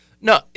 no